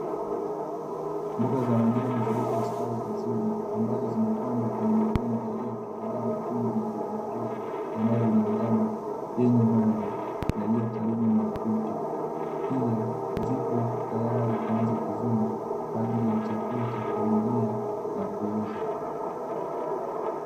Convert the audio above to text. Mboga za majani zilizositawi vizuri ambazo zimepandwa kwenye mabomba yaliyotobolewa matundu madogomadogo yanayolingana yenye maji, yaliyo karibu na ukuta. Pia, zipo tayari kuanza kuvunwa kwa ajili ya chakula cha familia na kuuza.